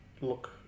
look